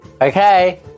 Okay